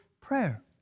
prayer